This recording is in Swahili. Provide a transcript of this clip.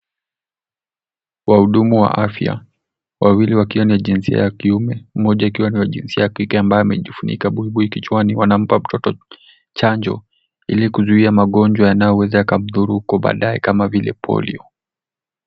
Wahudumu wa afya, wawili wakiwa ni wa jinsia ya kiume, mmoja akiwa wa jinsia ya kike ambaye amejifunika buibui kichwani, wanampa mtoto chanjo ili kuzuia magonjwa yanayoweza yakamdhuru kwa baadaye kama vile Polio.